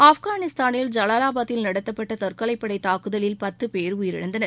ஆப்கானிஸ்தானில் ஜலாலாபாத்தில் நடத்தப்பட்ட தற்கொலைப்படைத் தாக்குதலில் பத்து பேர் உயிரிழந்தனர்